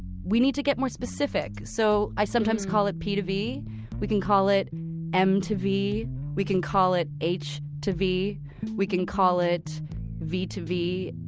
we need to get more specific so i sometimes call it p to v we can call it m to v we can call it h to v we can call it v to v.